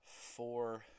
four